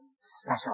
special